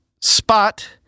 Spot